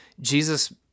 Jesus